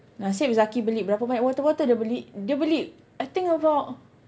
nasib Zaki beli berapa banyak water bottle dia beli I think about